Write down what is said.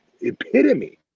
epitome